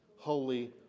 Holy